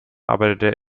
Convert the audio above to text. arbeitet